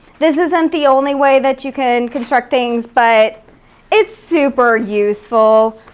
this isn't the only way that you can construct things, but it's super useful.